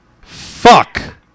fuck